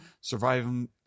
surviving